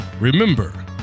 remember